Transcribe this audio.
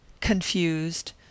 confused